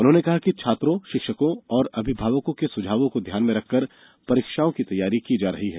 उन्होंने कहा कि छात्रों शिक्षकों और अभिभावकों के सुझावों को ध्यान में रखकर परीक्षाओं की तैयारी की जा रही है